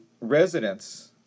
residents